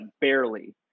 barely